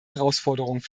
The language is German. herausforderung